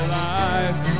life